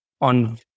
on